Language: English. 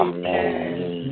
Amen